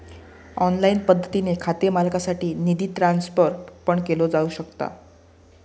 online पद्धतीने खाते मालकासाठी निधी ट्रान्सफर पण केलो जाऊ शकता